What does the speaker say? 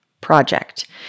project